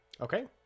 okay